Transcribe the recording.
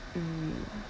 mm